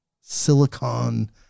silicon